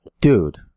Dude